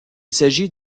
s’agit